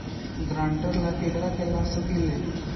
ग्रांतर ला केकरा के ला सकी ले?